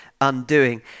undoing